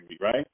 right